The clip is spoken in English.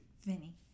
Vinny